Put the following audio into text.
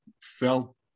felt